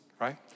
right